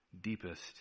deepest